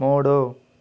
మూడు